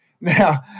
Now